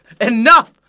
Enough